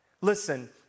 Listen